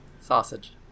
Sausage